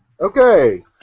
okay